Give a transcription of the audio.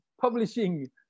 publishing